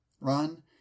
run